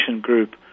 group